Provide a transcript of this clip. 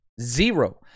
Zero